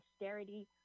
austerity